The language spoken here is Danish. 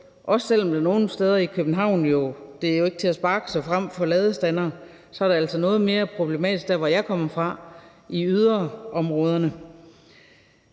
også selv om det nogle steder i København jo ikke er til at sparke sig frem for ladestandere. Så er det altså noget mere problematisk der, hvor jeg kommer fra, altså i yderområderne.